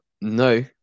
no